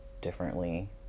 differently